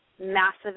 Massive